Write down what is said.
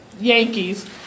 Yankees